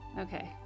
Okay